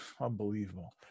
Unbelievable